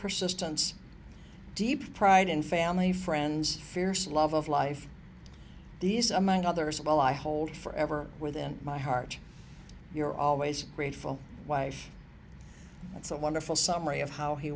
persistence deep pride in family friends fierce love of life these among others of all i hold forever within my heart you're always grateful wife that's a wonderful summary of how he